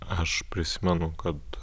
aš prisimenu kad